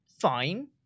fine